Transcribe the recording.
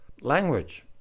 Language